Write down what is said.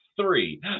three